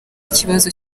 ikibazo